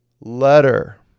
letter